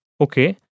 Okay